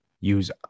Use